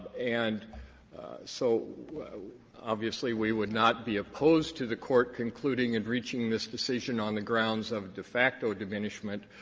and so obviously we would not be opposed to the court concluding and reaching this decision on the grounds of de facto diminishment.